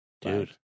dude